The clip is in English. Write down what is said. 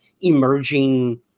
emerging